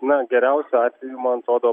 na geriausiu atveju man atrodo